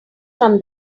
from